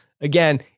again